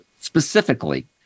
specifically